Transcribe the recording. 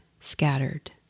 scattered